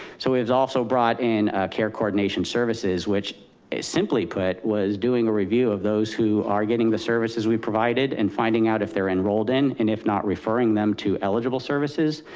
so it was also brought in care coordination services which simply put, was doing a review of those who are getting the services we provided and finding out if they're enrolled in and if not, referring them to eligible services.